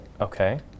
Okay